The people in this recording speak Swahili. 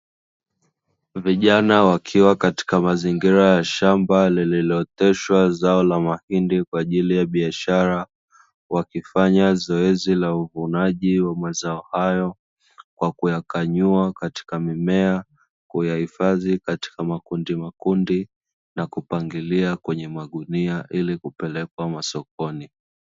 Vijana wakiwa katika mazingira ya shamba lililooteshwa zao la mahindi kwa ajili ya biashara, wakifanya zoezi la uvunaji wa mazao hayo kwa kuyakwayua katika mimea kuyahifadhi katika makundi makundi, na kuyapangilia kwenye magunia ili kupelekwa masokoni.